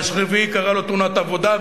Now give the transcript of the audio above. והרביעי היתה לו תאונת עבודה,